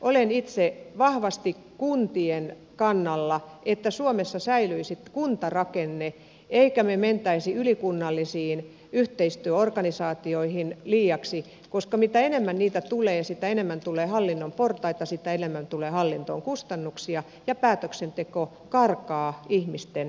olen itse vahvasti kuntien kannalla että suomessa säilyisi kuntarakenne emmekä me menisi ylikunnallisiin yhteistyöorganisaatioihin liiaksi koska mitä enemmän niitä tulee sitä enemmän tulee hallinnon portaita sitä enemmän tulee hallintoon kustannuksia ja päätöksenteko karkaa ihmisten